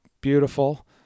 beautiful